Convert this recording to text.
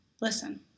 Listen